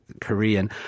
korean